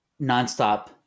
nonstop